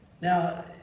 Now